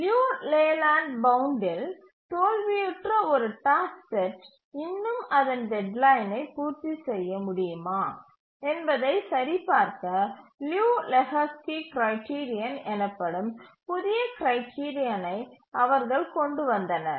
லியு Layland பவுண்ட்டில் தோல்வியுற்ற ஒரு டாஸ்க் செட் இன்னும் அதன் டெட்லைனை பூர்த்தி செய்ய முடியுமா என்பதை சரிபார்க்க லியு லெஹோஸ்கி கிரைடிரியன் எனப்படும் புதிய கிரைடிரியனை அவர்கள் கொண்டு வந்தனர்